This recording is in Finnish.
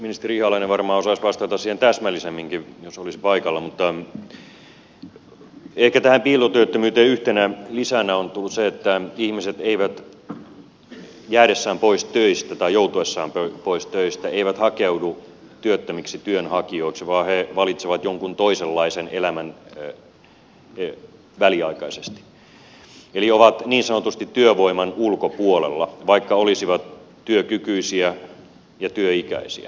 ministeri ihalainen varmaan osaisi vastata siihen täsmällisemminkin jos olisi paikalla mutta ehkä tähän piilotyöttömyyteen yhtenä lisänä on tullut se että ihmiset jäädessään pois töistä tai joutuessaan pois töistä eivät hakeudu työttömiksi työnhakijoiksi vaan he valitsevat jonkun toisenlaisen elämän väliaikaisesti eli ovat niin sanotusti työvoiman ulkopuolella vaikka olisivat työkykyisiä ja työikäisiä